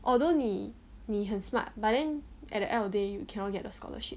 although 你你很 smart but then at the end of day you cannot get the scholarship